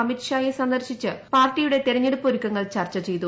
അമിത് ഷായെ സന്ദർശിച്ച് പാർട്ടിയുടെ തെരഞ്ഞെടുപ്പ് ഒരുക്കങ്ങൾ ചർച്ച ചെയ്തു